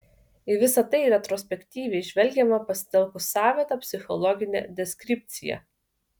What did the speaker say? į visa tai retrospektyviai žvelgiama pasitelkus savitą psichologinę deskripciją